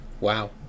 wow